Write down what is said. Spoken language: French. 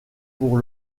pour